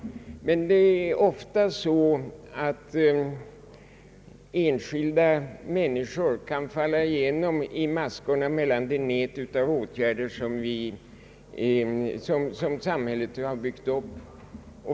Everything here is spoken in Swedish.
Men det är ofta så att enskilda människor kan falla igenom maskorna i det nät av åtgärder som samhället har byggt upp.